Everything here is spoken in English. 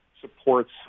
supports